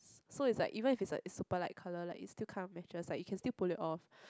so is like even if its a is a super light color like it still kind of matches like you can still pull it off